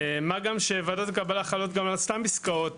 מה גם שוועדות הקבלה חלות גם על סתם עסקאות